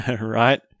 right